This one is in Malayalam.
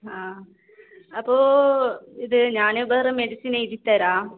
ആ അപ്പോൾ ഇത് ഞാൻ വേറെ മെഡിസിനെഴുതിത്തരാം